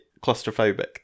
claustrophobic